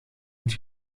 het